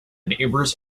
neighbors